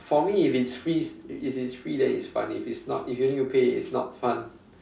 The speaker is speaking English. for me if it's free if it's free then it's fun if it's not if you need to pay it's not fun